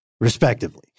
respectively